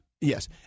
Yes